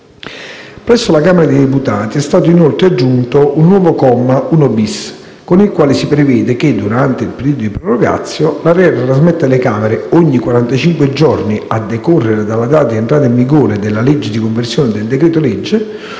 Presso la Camera dei deputati è stato inoltre aggiunto un nuovo comma 1-*bis*, con il quale si prevede che, durante il periodo di *prorogatio*, l'ARERA trasmetta alle Camere, ogni quarantacinque giorni a decorrere dalla data di entrata in vigore della legge di conversione del decreto-legge,